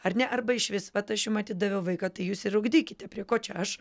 ar ne arba išvis vat aš jum atidaviau vaiką tai jūs ir ugdykite prie ko čia aš